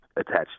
attached